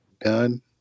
done